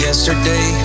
Yesterday